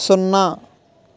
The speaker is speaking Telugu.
సున్నా